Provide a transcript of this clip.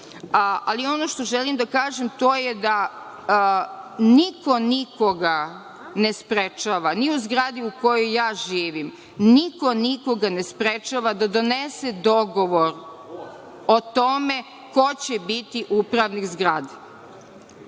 ali ono što želim da kažem to je da niko nikoga ne sprečava, ni u zgradi u kojoj ja živim, niko nikoga ne sprečava da donese dogovor o tome ko će biti upravnik zgrade.